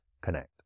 connect